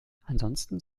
ansonsten